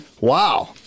Wow